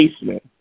basement